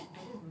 I don't know